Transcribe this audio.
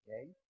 Okay